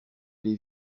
les